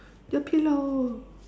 your pillow